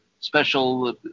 Special